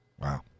Wow